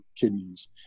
kidneys